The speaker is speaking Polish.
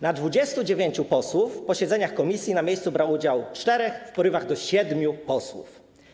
Na 29 posłów w posiedzeniach komisji na miejscu brało udział 4, w porywach do 7 posłów.